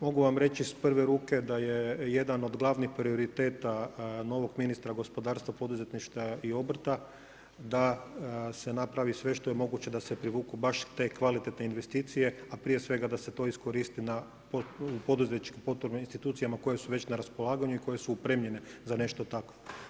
Mogu vam reći iz prve ruke da je jedan od glavnih prioriteta novog ministra gospodarstva, poduzetništva i obrta da se napravi sve što je moguće da se privuku baš te kvalitetne investicije a prije svega da se to iskoristi na poduzetničke potporne institucije koje su već na raspolaganju i koje su opremljene za ne što tako.